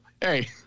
hey